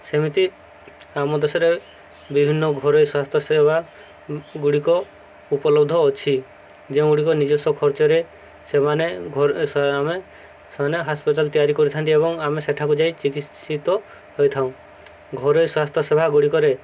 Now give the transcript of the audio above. ସେମିତି ଆମ ଦେଶରେ ବିଭିନ୍ନ ଘରୋଇ ସ୍ୱାସ୍ଥ୍ୟ ସେବା ଗୁଡ଼ିକ ଉପଲବ୍ଧ ଅଛି ଯେଉଁ ଗୁଡ଼ିକ ନିଜସ୍ୱ ଖର୍ଚ୍ଚରେ ସେମାନେ ଘ ଆମେ ସେମାନେ ହସ୍ପିଟାଲ ତିଆରି କରିଥାନ୍ତି ଏବଂ ଆମେ ସେଠାକୁ ଯାଇ ଚିକିତ୍ସିତ ହୋଇଥାଉଁ ଘରୋଇ ସ୍ୱାସ୍ଥ୍ୟ ସେବା ଗୁଡ଼ିକରେ